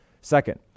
Second